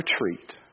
retreat